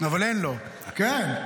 אבל אין לו, כן.